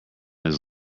his